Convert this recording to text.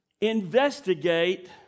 Investigate